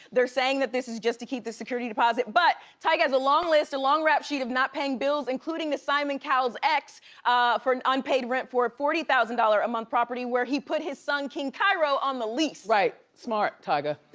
they're saying that this is just to keep the security deposit, but tyga has a long list, a long rap sheet of not paying bills, including to simon cowell's ex for an unpaid rent for forty thousand dollars a month property, where he put his son king cairo on the lease. right, smart tyga.